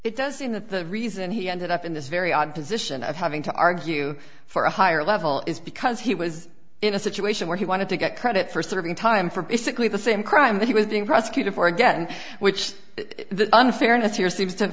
it does seem the reason he ended up in this very odd position of having to argue for a higher level is because he was in a situation where he wanted to get credit for serving time for basically the same crime that he was being prosecuted for again which the unfairness here seems to have